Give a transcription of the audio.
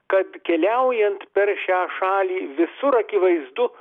kad keliaujant per šią šalį visur akivaizdu